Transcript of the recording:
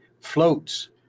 floats